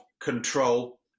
control